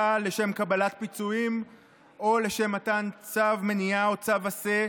לשם קבלת פיצויים או לשם מתן צו מניעה או צו עשה,